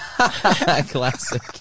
Classic